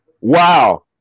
Wow